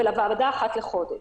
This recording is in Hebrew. ולוועדה אחת לחודש.